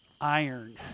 iron